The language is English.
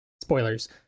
Spoilers